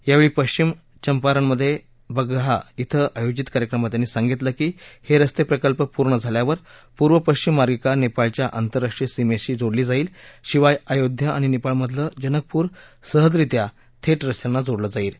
यावेळी पश्चिम चंपारणमधे बगहा इथं आयोजित कार्यक्रमात त्यांनी सांगितलं की हे रस्ते प्रकल्प पूर्ण झाल्यावर पूर्व पश्चिम मार्गीका नेपाळच्या आंतरराष्ट्रीय सीमेशी जोडली जाईल शिवाय अयोध्या आणि नेपाळमधलं जनकपूर सहजरीत्या थेट रस्त्यानं जोडलं जाईल